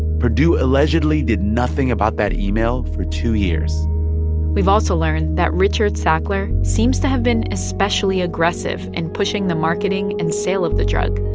purdue allegedly did nothing about that email for two years we've also learned that richard sackler seems to have been especially aggressive in and pushing the marketing and sale of the drug.